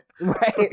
Right